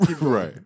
right